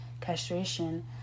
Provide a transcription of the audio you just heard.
Castration